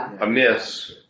amiss